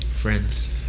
Friends